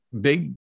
big